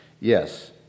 Yes